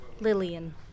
Lillian